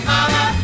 Mama